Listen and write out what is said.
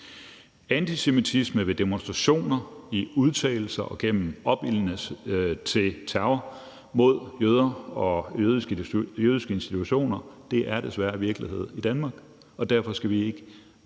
Antisemitisme ved demonstrationer, i udtalelser og gennem opildnen til terror mod jøder og jødiske institutioner er desværre virkelighed i Danmark, og derfor skal vi ikke